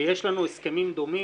ויש לנו הסכמים דומים,